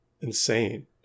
insane